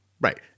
right